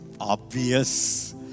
Obvious